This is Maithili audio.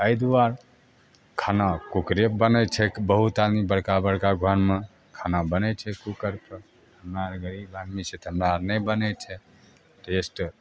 एहि दुआरे खाना कुकरेमे बनै छै बहुत आदमी बड़का बड़का घरमे खाना बनै छै कुकरसे हमे आओर गरीब आदमी छिए तऽ हमरा आओर नहि बनै छै टेस्ट